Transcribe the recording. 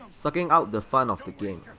sucking out the fun of the game.